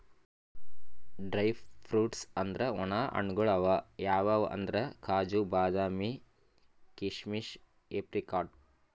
dry fruits ಅಂದ್ರ ವಣ ಹಣ್ಣ್ಗಳ್ ಅವ್ ಯಾವ್ಯಾವ್ ಅಂದ್ರ್ ಕಾಜು, ಬಾದಾಮಿ, ಕೀಶಮಿಶ್, ಏಪ್ರಿಕಾಟ್